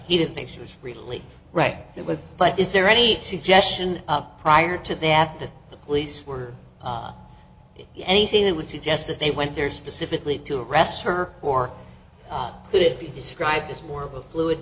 he didn't think she was really right that was but is there any suggestion prior to that that the police were anything that would suggest that they went there specifically to arrest her or could it be described as more of a fluid